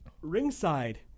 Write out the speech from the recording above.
ringside